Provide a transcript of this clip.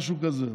משהו כזה.